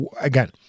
Again